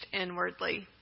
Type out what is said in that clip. inwardly